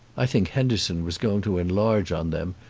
i think henderson was going to enlarge on. them,